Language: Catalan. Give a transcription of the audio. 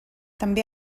també